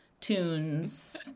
tunes